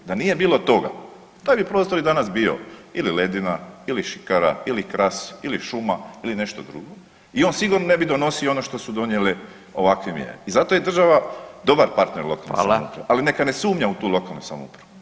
Da nije bilo toga, taj bi prostor i danas bio ili ledina ili šikara ili kras ili šuma ili nešto drugo i on sigurno ne bi donosio ono što su donijele ovakve mjere i zato je država dobar partner lokalnoj [[Upadica: Hvala.]] samoupravi, ali neka ne sumnja u tu lokalnu samoupravu.